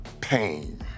pain